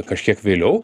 kažkiek vėliau